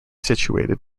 situated